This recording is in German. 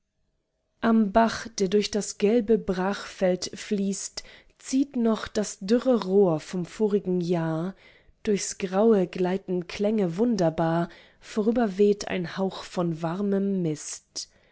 am bach der durch das gelbe brachfeld fließt zieht noch das dürre rohr vom vorigen jahr durchs graue gleiten klänge wunderbar vorüberweht ein hauch von warmem mist